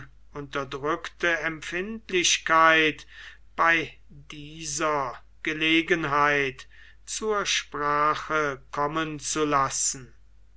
unterdrückte empfindlichkeit bei dieser gelegenheit zur sprache kommen zu lassen